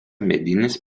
medinis